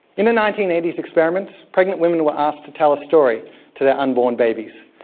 in a nineteen eighty s experiment, pregnant women were asked to tell a story to their unborn babies.